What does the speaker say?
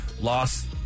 loss